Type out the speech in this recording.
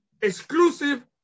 exclusive